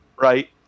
right